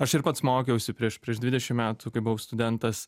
aš ir pats mokiausi prieš prieš dvidešim metų kai buvau studentas